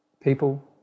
people